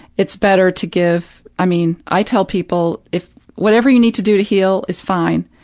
it's better to give i mean, i tell people if whatever you need to do to heal is fine,